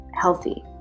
healthy